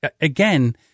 again